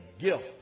gift